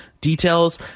Details